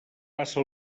passa